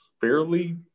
fairly